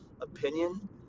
opinion